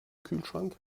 kühlschrank